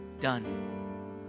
done